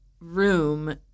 room